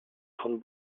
von